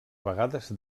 vegades